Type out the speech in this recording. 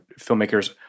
filmmakers